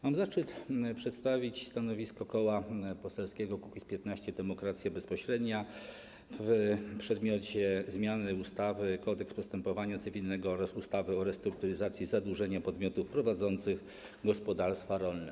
Mam zaszczyt przedstawić stanowisko Koła Poselskiego Kukiz’15 - Demokracja Bezpośrednia w przedmiocie zmiany ustawy - Kodeks postępowania cywilnego oraz ustawy o restrukturyzacji zadłużenia podmiotów prowadzących gospodarstwa rolne.